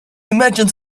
imagined